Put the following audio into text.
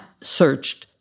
searched